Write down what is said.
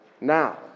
now